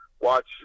Watch